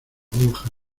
monja